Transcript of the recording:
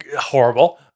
Horrible